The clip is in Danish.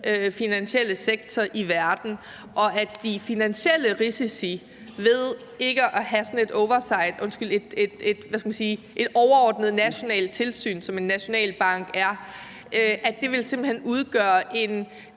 finansielle sektor i verden, og at de finansielle risici ved ikke at have sådan et overordnet nationalt tilsyn, som en nationalbank er, simpelt hen vil udgøre en